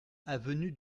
avenue